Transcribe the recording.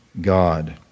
God